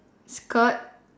skirt